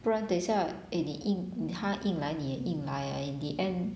不然等一下 eh 你引他引来你也引来 ah like the end